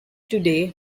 today